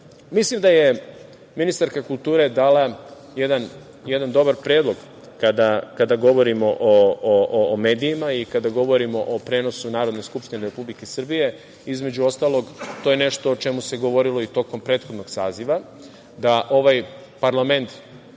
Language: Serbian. medije? Mislim da je ministarka kulture dala jedan dobar predlog kada govorimo o medijima i kada govorimo o prenosu Narodne skupštine Republike Srbije, između ostalog, to je nešto o čemu se govorilo i tokom prethodnog saziva, da ovaj parlament